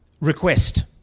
request